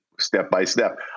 step-by-step